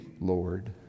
Lord